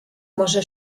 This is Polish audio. może